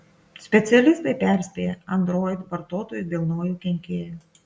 specialistai perspėja android vartotojus dėl naujo kenkėjo